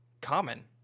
Common